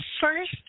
first